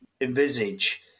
envisage